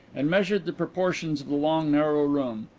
and measured the proportions of the long, narrow room.